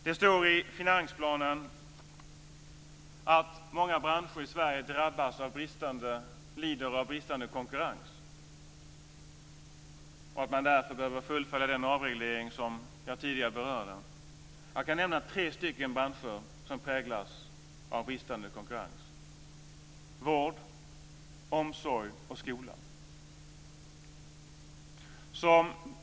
Det står i finansplanen att många branscher i Sverige lider av bristande konkurrens och att den avreglering jag tidigare berörde måste fullföljas. Jag kan nämna tre branscher som präglas av bristande konkurrens, nämligen vård, omsorg och skola.